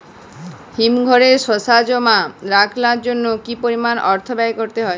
হিমঘরে শসা জমা রাখার জন্য কি পরিমাণ অর্থ ব্যয় করতে হয়?